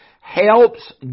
helps